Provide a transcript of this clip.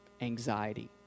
anxiety